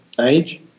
age